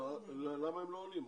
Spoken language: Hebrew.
למה הם לא עונים?